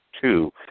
two